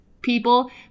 people